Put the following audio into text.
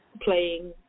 playing